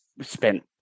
spent